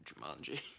Jumanji